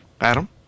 Adam